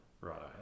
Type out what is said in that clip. right